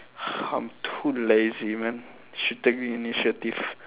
I'm too lazy man should take initiative